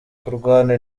kurwana